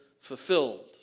fulfilled